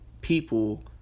people